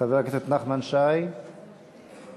חבר הכנסת נחמן שי, בבקשה.